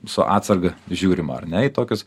su atsarga žiūrima ar ne į tokius